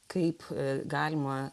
kaip galima